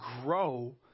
grow